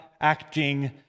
acting